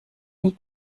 nie